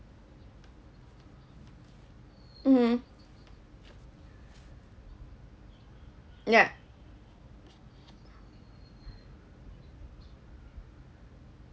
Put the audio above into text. mmhmm ya